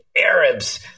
Arabs